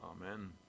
Amen